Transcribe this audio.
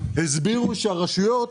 הסבירו שהרשויות